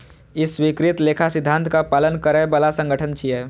ई स्वीकृत लेखा सिद्धांतक पालन करै बला संगठन छियै